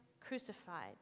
crucified